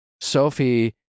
Sophie